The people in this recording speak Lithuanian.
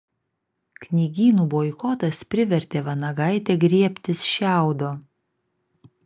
knygynų boikotas privertė vanagaitę griebtis šiaudo